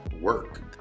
work